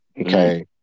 Okay